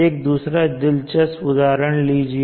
एक दूसरा दिलचस्प उदाहरण लीजिए